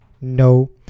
no